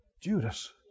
Judas